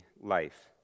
life